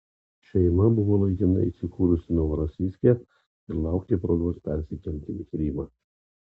šeima buvo laikinai įsikūrusi novorosijske ir laukė progos persikelti į krymą